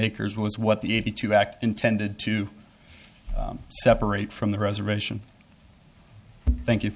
acres was what the eighty two act intended to separate from the reservation thank you